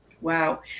Wow